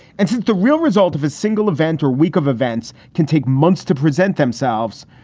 and the real result of a single event or week of events can take months to present themselves.